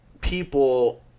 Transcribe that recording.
people